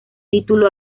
título